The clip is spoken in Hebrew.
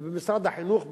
משרד החינוך,